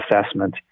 assessment